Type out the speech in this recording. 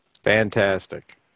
Fantastic